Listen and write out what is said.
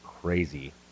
crazy